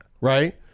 Right